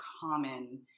common